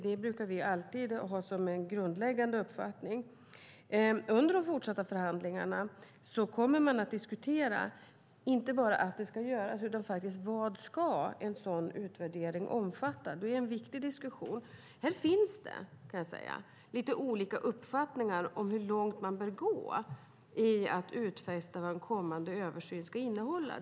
Det brukar vi alltid ha som en grundläggande uppfattning. Under de fortsatta förhandlingarna kommer man att diskutera inte bara att det ska göras utan vad en sådan utvärdering ska omfatta. Det är en viktig diskussion. Här finns det lite olika uppfattningar om hur långt man bör gå i att utfästa vad en kommande översyn ska innehålla.